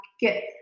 get –